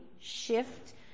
shift